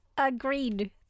Agreed